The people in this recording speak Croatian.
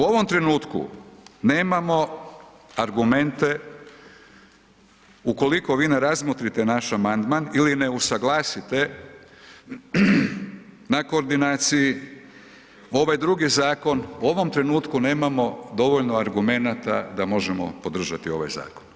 U ovom trenutku nemamo argumente ukoliko vi ne razmotrite naš amandman ili ne usuglasite na koordinacije, ovaj drugi zakona u ovom trenutku nemamo dovoljno argumenata da možemo podržati ovaj zakon.